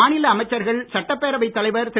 மாநில அமைச்சர்கள் சட்டப்பேரவைத் தலைவர் திரு